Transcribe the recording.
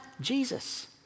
Jesus